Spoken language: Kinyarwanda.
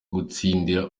gutsinda